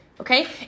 Okay